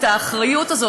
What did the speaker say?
את האחריות הזאת?